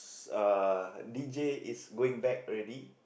is uh D_J is going back already